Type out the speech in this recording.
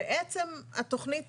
בעצם התכנית